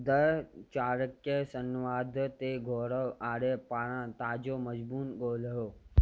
the Chanakya Samvad ते गौरव आर्य पारां ताज़ो मजमूओ ॻोल्हियो